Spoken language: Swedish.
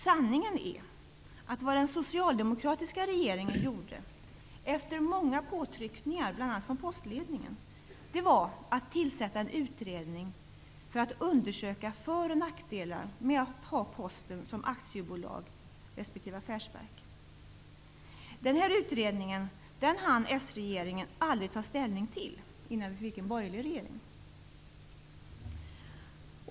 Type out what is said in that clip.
Sanningen är att vad den socialdemokratiska regeringen gjorde efter många påtryckningar från bl.a. postledningen var att tillsätta en utredning för att undersöka för och nackdelar med att ha Posten som aktiebolag respektive affärsverk. Denna utredning hann sregeringen dock aldrig ta ställning till innan det blev en borgerlig regering.